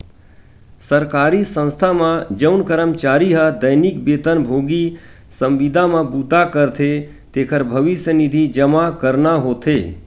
सरकारी संस्था म जउन करमचारी ह दैनिक बेतन भोगी, संविदा म बूता करथे तेखर भविस्य निधि जमा करना होथे